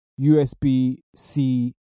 USB-C